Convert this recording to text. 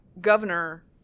governor